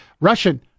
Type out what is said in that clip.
russian